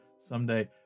someday